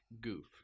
goof